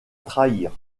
trahir